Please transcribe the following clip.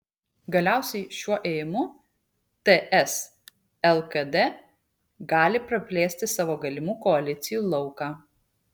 galiausiai šiuo ėjimu ts lkd gali praplėsti savo galimų koalicijų lauką